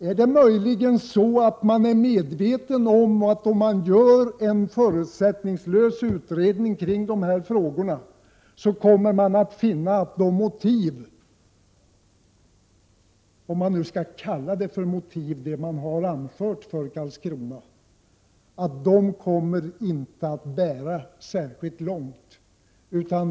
Är man möjligen medveten om att en förutsättningslös utredning av dessa frågor skulle visa att motiven — om det man anfört för Karlskrona nu skall kallas för motiv — inte kommer att bära särskilt långt.